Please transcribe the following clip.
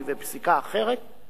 לקח לעצמו את הסמכות.